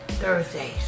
thursdays